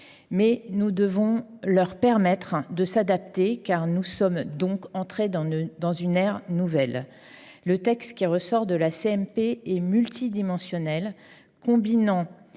Mais nous devons leur permettre de s'adapter, car nous sommes donc entrés dans une ère nouvelle. Le texte qui ressort de la CMP est multidimensionnel, combinant